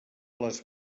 les